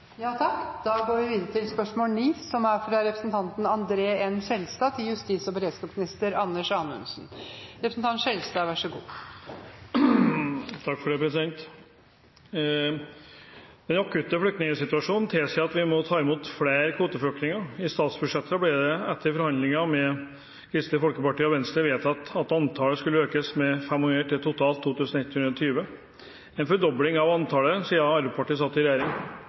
vi bør ta imot flere kvoteflyktninger. I statsbudsjettet ble det etter forhandlinger med Kristelig Folkeparti og Venstre vedtatt at antallet skulle økes med 500 til totalt 2 120, en fordobling av antallet siden Arbeiderpartiet satt i regjering. UDI har i brev av 19. januar etterlyst kvotebrev fra departementet, og